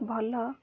ଭଲ